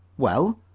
well,